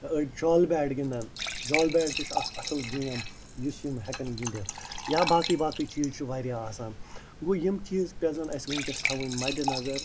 أڑۍ جھال بیٹ گِنٛدن جھال بیٹ تہِ چھِ اکھ اصٕل گیم یُس یِم ہیٚکن گِنٛدِتھ یا باقٕے باقٕے چیٖز چھِ وارِیاہ آسان گوٚو یِم چیٖز پزَن اسہِ وُنٛکیٚس تھاوٕنۍ مَدِ نظر